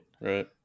Right